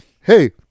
Hey